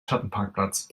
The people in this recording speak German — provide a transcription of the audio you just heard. schattenparkplatz